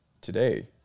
today